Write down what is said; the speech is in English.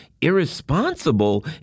irresponsible